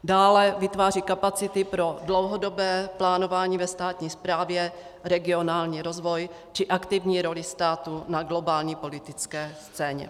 Dále vytváří kapacity pro dlouhodobé plánování ve státní správě, regionální rozvoj či aktivní roli státu na globální politické scéně.